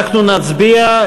אנחנו נצביע.